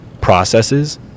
processes